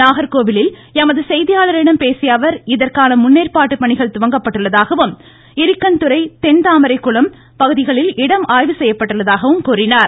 நாகர்கோவிலில் எமது செய்தியாளரிடம் பேசிய அவர் இதற்கான முன்னேற்பாட்டு பணிகள் துவங்கப்பட்டுள்ளதாகவும் இரிக்கன்துறை தென்தாமரைக்குளம் பகுதிகளில் இடம் ஆய்வு செய்யப்பட்டதாகவும் கூறினார்